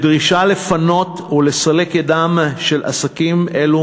בדרישה לפנות ולסלק ידם מעסקים אלו